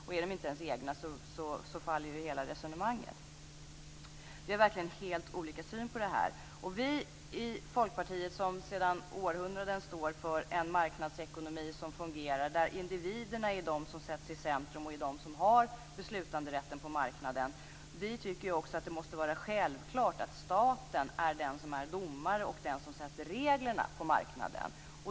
Om de inte är ens egna faller ju hela resonemanget. Vi har verkligen helt olika syn på det här. Vi i Folkpartiet, som sedan århundraden står för en marknadsekonomi som fungerar och där individerna sätts i centrum och har beslutanderätten på marknaden, tycker också att det måste vara självklart att staten är den som är domare och som sätter reglerna på marknaden.